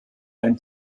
ein